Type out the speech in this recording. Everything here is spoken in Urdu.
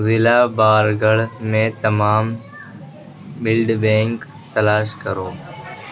ضلع بارگڑھ میں تمام بلڈ بینک تلاش کرو